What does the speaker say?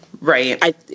Right